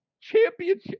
championship